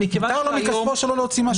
מותר לו מכספו שלו להוציא מה שהוא רוצה.